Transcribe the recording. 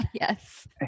Yes